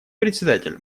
председатель